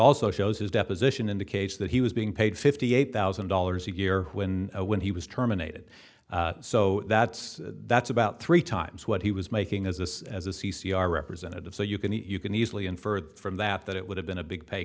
also shows his deposition indicates that he was being paid fifty eight thousand dollars a year when when he was terminated so that's that's about three times what he was making as this as a c c r representative so you can you can easily infer from that that it would have been a big pay